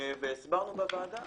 והסברנו בוועדה